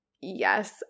Yes